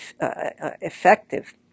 effective